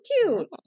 cute